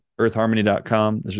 earthharmony.com